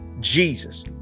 Jesus